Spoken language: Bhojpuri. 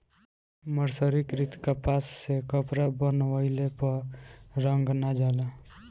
मर्सरीकृत कपास से कपड़ा बनइले पर रंग ना जाला